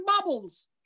bubbles